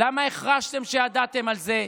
למה החרשתם כשידעתם על זה?